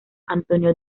antonio